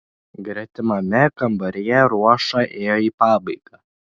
gretimame kambaryje ruoša ėjo į pabaigą